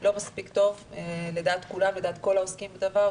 לא מספיק טוב לדעת כולם, לדעת כל העוסקים בדבר.